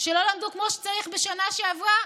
שלא למדו כמו שצריך בשנה שעברה,